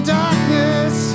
darkness